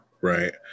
right